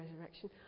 resurrection